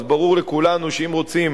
אז ברור לכולנו שאם רוצים